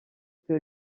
que